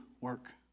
work